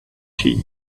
tea